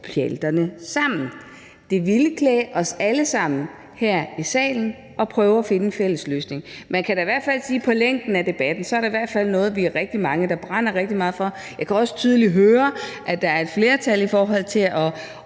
pjalterne sammen. Det ville klæde os alle sammen her i salen at prøve at finde en fælles løsning. Man kan da i hvert fald se på længden af debatten, at det er noget, vi er rigtig mange der brænder rigtig meget for, og jeg kan også tydeligt høre, at der er et flertal for at